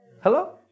Hello